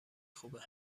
خوبه